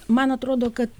man atrodo kad